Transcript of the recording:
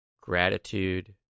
gratitude